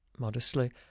Modestly